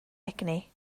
egni